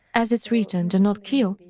as it's written do not kill,